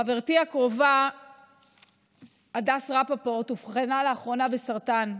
חברתי הקרובה הדס רפפורט אובחנה לאחרונה כחולה בסרטן.